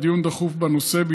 לדיון דחוף בנושא,